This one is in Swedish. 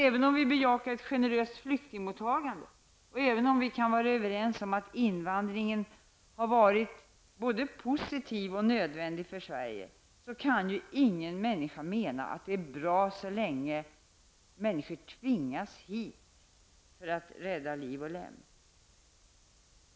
Även om vi bejakar ett generöst flyktingmottagande, och även om vi kan vara överens om att invandringen har varit både positiv och nödvändig för Sverige, kan ingen människa mena att förhållandena är bra så länge människor tvingas hit för att rädda liv och lem.